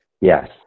Yes